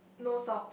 no socks